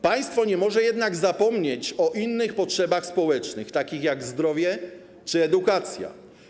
Państwo nie może jednak zapomnieć o innych potrzebach społecznych, takich jak zdrowie czy edukacja.